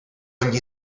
gli